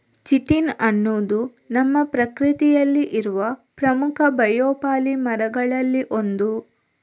chitin ಅನ್ನುದು ನಮ್ಮ ಪ್ರಕೃತಿಯಲ್ಲಿ ಇರುವ ಪ್ರಮುಖ ಬಯೋಪಾಲಿಮರುಗಳಲ್ಲಿ ಒಂದು